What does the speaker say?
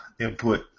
input